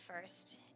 first